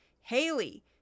Haley